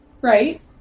Right